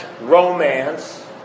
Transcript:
romance